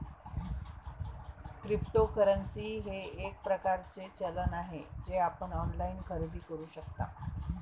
cryptocurrency हे एक प्रकारचे चलन आहे जे आपण ऑनलाइन खरेदी करू शकता